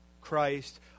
Christ